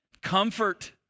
comfort